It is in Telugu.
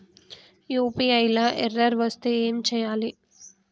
యూ.పీ.ఐ లా ఎర్రర్ వస్తే ఏం చేయాలి?